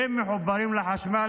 והם מחוברים לחשמל,